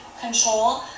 control